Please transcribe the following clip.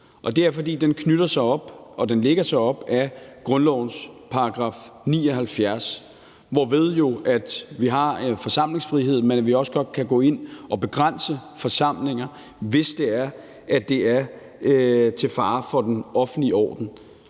Og det er, fordi den knytter sig til og lægger sig op ad grundlovens § 79, hvorved vi jo har forsamlingsfrihed, men også godt kan gå ind og begrænse forsamlinger, hvis det er, at de er til fare for den offentlige orden.